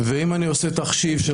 ואם אני עושה תחשיב של